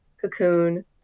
cocoon